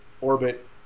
Orbit